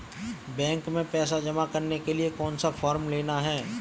Bank में पैसा जमा करने के लिए कौन सा फॉर्म लेना है?